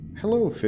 Hello